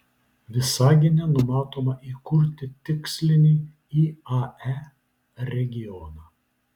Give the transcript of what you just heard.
visagine numatoma įkurti tikslinį iae regioną